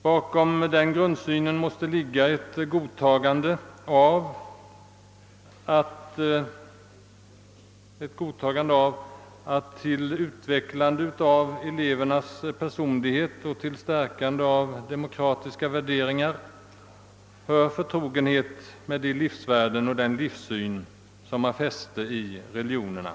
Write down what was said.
Bakom denna grundsyn ligger ett accepterande av föreställningen att det verkar utvecklande på elevernas personlighet och stärker deras demokratiska värderingar att ha förtrogenhet med de synsätt som är representerade i religionerna.